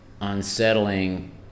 unsettling